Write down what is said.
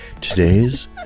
today's